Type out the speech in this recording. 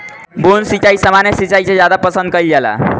बूंद सिंचाई सामान्य सिंचाई से ज्यादा पसंद कईल जाला